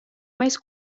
més